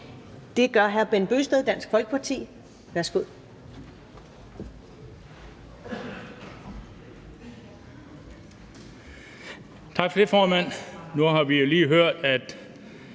Det gør hr. Bent Bøgsted, Dansk Folkeparti. Værsgo.